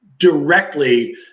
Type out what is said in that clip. directly